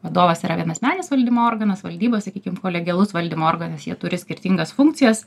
vadovas yra vienasmenis valdymo organas valdyba sakykim kolegialus valdymo organas jie turi skirtingas funkcijas